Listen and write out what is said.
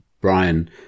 Brian